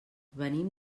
venim